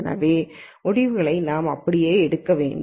எனவே முடிவுகளை நாம் அப்படியே எடுக்க வேண்டும்